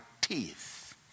teeth